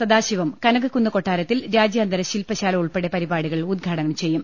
സദാശിവം കനകക്കുന്ന് കൊട്ടാരത്തിൽ രാജ്യാന്തര ശിൽപശാല ഉൾപ്പെടെ പരിപാടികൾ ഉദ്ഘാടനം ചെയ്യും